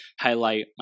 highlight